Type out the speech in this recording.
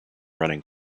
running